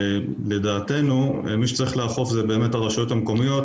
לדעתנו מי שצריך לאכוף, אלה הרשויות המקומיות.